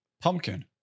pumpkin